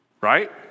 Right